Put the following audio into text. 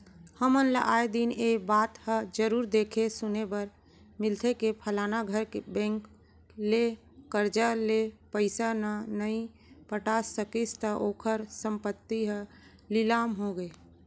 हमन ल आय दिन ए बात ह जरुर देखे सुने बर मिलथे के फलाना घर बेंक ले करजा ले पइसा न नइ पटा सकिस त ओखर संपत्ति ह लिलाम होगे